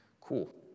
Cool